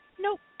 Nope